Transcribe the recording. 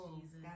Jesus